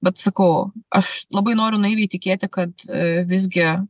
bet sakau aš labai noriu naiviai tikėti kad visgi